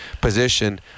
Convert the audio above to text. position